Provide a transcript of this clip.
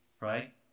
right